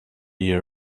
year